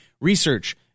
research